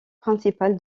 principal